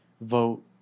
vote